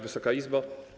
Wysoka Izbo!